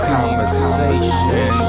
Conversation